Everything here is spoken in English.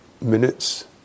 minutes